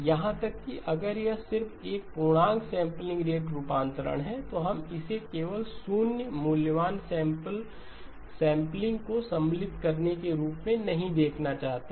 यहां तक कि अगर यह सिर्फ एक पूर्णांक सेंपलिंग रेट रूपांतरण है तो हम इसे केवल शून्य मूल्यवान सेंपलिंग को सम्मिलित करने के रूप में नहीं देखना चाहते हैं